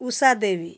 Usha Devi